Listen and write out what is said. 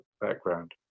background